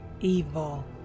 evil